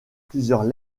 plusieurs